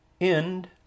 End